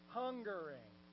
hungering